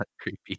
Creepy